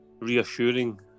reassuring